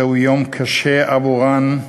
זהו יום קשה עבורן,